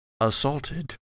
assaulted